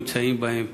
נמצאים בה.